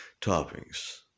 Toppings